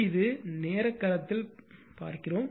இப்போது இது நேர களத்தில் பார்த்தோம்